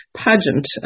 pageant